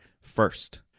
first